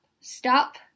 stop